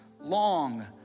long